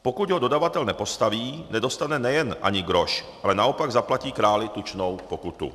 Pokud ho dodavatel nepostaví, nedostane nejen ani groš, ale naopak zaplatí králi tučnou pokutu.